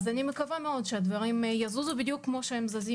אני מקווה מאוד שהדברים יזוזו בדיוק כפי שהם זזים